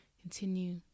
continue